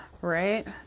Right